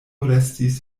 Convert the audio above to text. restis